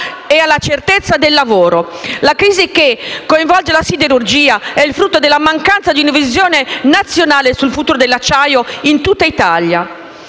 e alla certezza del lavoro. La crisi che coinvolge la siderurgia è il frutto della mancanza di una visione nazionale sul futuro dell'acciaio in tutta Italia.